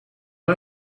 uit